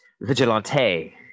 vigilante